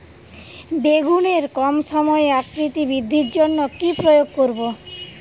বেগুনের কম সময়ে আকৃতি বৃদ্ধির জন্য কি প্রয়োগ করব?